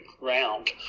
round